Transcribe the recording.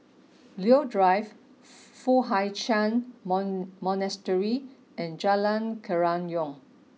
Leo Drive Foo Hai Ch'an mon Monastery and Jalan Kerayong